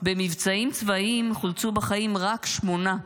במבצעים צבאיים חולצו בחיים רק שמונה.